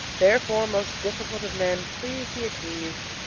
therefore, most difficult of men, please be appeased.